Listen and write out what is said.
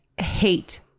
hate